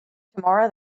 tamara